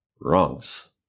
wrongs